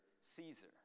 Caesar